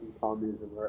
communism